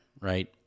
right